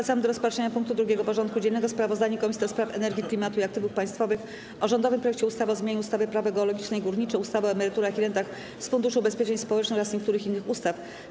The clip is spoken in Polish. Powracamy do rozpatrzenia punktu 2. porządku dziennego: Sprawozdanie Komisji do Spraw Energii, Klimatu i Aktywów Państwowych o rządowym projekcie ustawy o zmianie ustawy - Prawo geologiczne i górnicze, ustawy o emeryturach i rentach z Funduszu Ubezpieczeń Społecznych oraz niektórych innych ustaw.